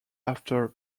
after